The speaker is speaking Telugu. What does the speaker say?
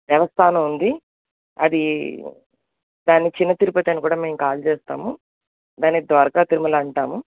దేవస్థానం ఉంది అది దాన్ని చిన్న తిరుపతి అని గూడా మేం కాల్ చేస్తాము దాన్ని ద్వారక తిరుమల అంటాము